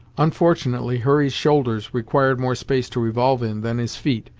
unfortunately, hurry's shoulders required more space to revolve in than his feet,